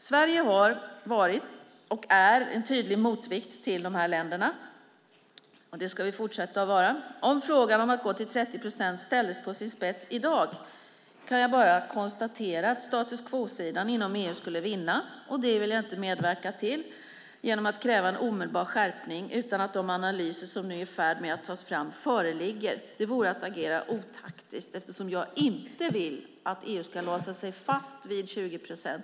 Sverige har varit och är en tydlig motvikt till de här länderna, och det ska vi fortsätta att vara. Om frågan om att gå till 30 procent skulle ställas på sin spets i dag kan jag bara konstatera att "status quo"-sidan inom EU skulle vinna, och det vill jag inte medverka till genom att kräva en omedelbar skärpning utan att de analyser som man nu är i färd med att ta fram föreligger. Det vore att agera otaktiskt, eftersom jag inte vill att EU ska låsa sig fast vid 20 procent.